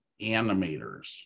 animators